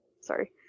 Sorry